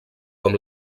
com